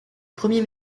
premier